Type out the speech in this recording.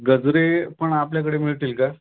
गजरेपण आपल्याकडे मिळतील का